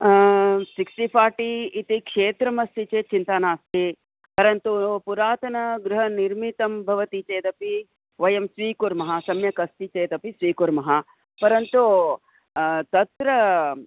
sixty forty इति क्षेत्रमस्ति चेत् चिन्ता नास्ति परन्तु पुरातनगृहनिर्मितं भवति चेदपि वयं स्वीकुर्मः सम्यक् अस्ति चेदपि स्वीकुर्मः परन्तु तत्र